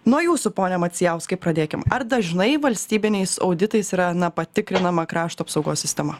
nuo jūsų pone macijauskai pradėkim ar dažnai valstybiniais auditais yra na patikrinama krašto apsaugos sistema